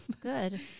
Good